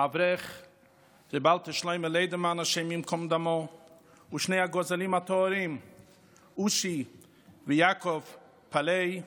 האברך ר' אלתר שלמה לדרמן הי"ד ושני הגוזלים הטהורים אושי ויעקב פאלי,